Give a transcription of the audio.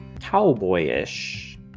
Cowboy-ish